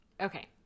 Okay